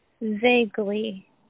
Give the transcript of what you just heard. Vaguely